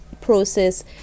process